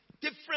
different